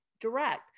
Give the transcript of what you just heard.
direct